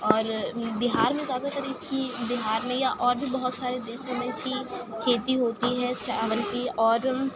اور بہار میں زیادہ تر اس کی بہار میں یا اور بھی بہت سارے دیسوں میں اس کی کھیتی ہوتی ہے چاول کی اور